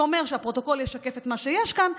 שאומר שהפרוטוקול ישקף את מה שיש כאן.